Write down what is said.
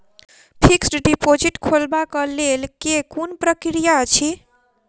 Fixed deposit खोलबाक लेल केँ कुन प्रक्रिया अछि?